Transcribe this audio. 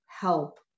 help